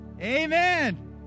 amen